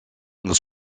nous